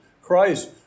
Christ